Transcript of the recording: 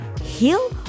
heal